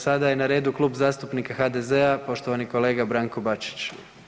Sada je na redu Klub zastupnika HDZ-a poštovani kolega Branko Bačić.